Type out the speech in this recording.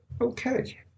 okay